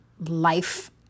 life